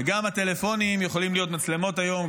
וגם הטלפונים יכולים להיות מצלמות היום,